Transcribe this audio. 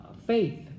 faith